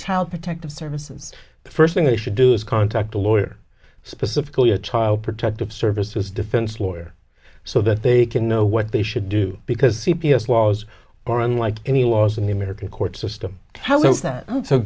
child protective services the first thing they should do is contact a lawyer specifically a child protective services defense lawyer so that they can know what they should do because c p s laws or unlike any laws in the american court system how is that so